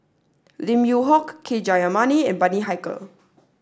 Lim Yew Hock K Jayamani and Bani Haykal